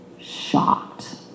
shocked